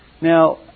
Now